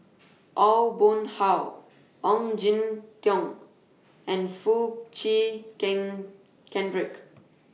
Aw Boon Haw Ong Jin Teong and Foo Chee Keng Cedric